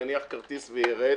יניח כרטיס ויירד,